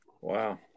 Wow